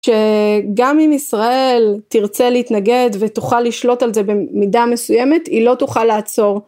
שגם אם ישראל תרצה להתנגד, ותוכל לשלוט על זה במידה מסוימת, היא לא תוכל לעצור.